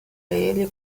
ele